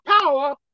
power